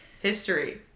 History